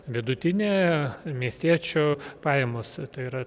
vidutinė miestiečio pajamos tai yra